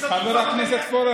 שאילתה דחופה במליאה,